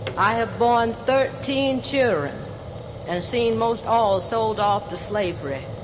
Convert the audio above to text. i have borne thirteen children and seen most all sold off to slavery,